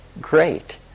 Great